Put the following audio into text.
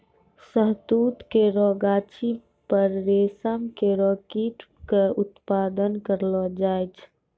शहतूत केरो गाछी पर रेशम केरो कीट क उत्पादन करलो जाय छै